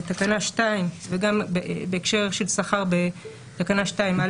בתקנה 2 וגם בהקשר של שכר בתקנה 2א,